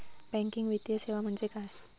Banking वित्तीय सेवा म्हणजे काय?